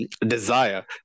desire